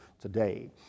today